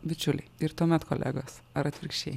bičiuliai ir tuomet kolegos ar atvirkščiai